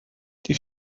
die